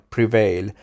Prevail –